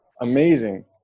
amazing